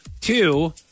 Two